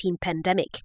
pandemic